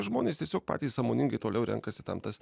žmonės tiesiog patys sąmoningai toliau renkasi ten tas